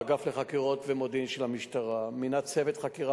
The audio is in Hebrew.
האגף לחקירות ומודיעין של המשטרה מינה צוות חקירה